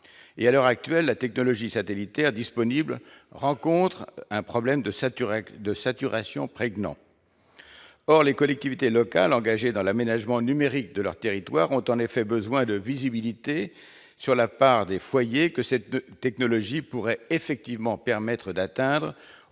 large échelle. Toutefois, la technologie satellitaire disponible à l'heure actuelle se heurte à un problème de saturation prégnant. Or les collectivités territoriales engagées dans l'aménagement numérique de leur territoire ont besoin de visibilité sur la part des foyers que cette technologie pourrait effectivement permettre d'atteindre,